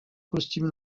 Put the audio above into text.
costume